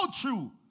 true